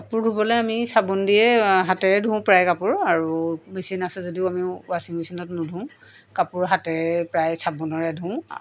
কাপোৰ ধুবলৈ আমি চাবোন দিয়ে হাতেৰে ধোওঁ প্ৰায়ে কাপোৰ আৰু মেচিন আছে যদিও আমি ৱাছিং মেচিনত নুধো কাপোৰ হাতেৰে প্ৰায় চাবোনৰে ধোওঁ